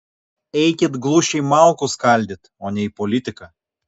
eikit glušiai malkų skaldyt o ne į politiką